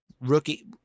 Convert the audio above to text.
rookie